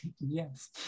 Yes